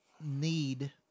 need